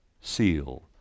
seal